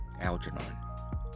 Algernon